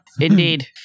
indeed